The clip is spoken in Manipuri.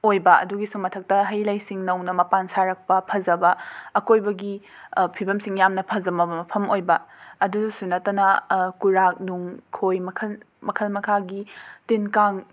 ꯑꯣꯏꯕ ꯑꯗꯨꯒꯤꯁꯨ ꯃꯊꯛꯇ ꯍꯩ ꯂꯩꯁꯤꯡ ꯅꯧꯅ ꯃꯄꯥꯟ ꯁꯥꯔꯛꯄ ꯐꯖꯕ ꯑꯀꯣꯏꯕꯒꯤ ꯐꯤꯕꯝꯁꯤꯡ ꯌꯥꯝꯅ ꯐꯖꯕ ꯃꯐꯝ ꯑꯣꯏꯕ ꯑꯗꯨꯗꯁꯨ ꯅꯠꯇꯅ ꯀꯨꯔꯥꯛꯅꯨꯡ ꯈꯣꯏ ꯃꯈꯟ ꯃꯈꯜ ꯃꯈꯥꯒꯤ ꯇꯤꯟ ꯀꯥꯡ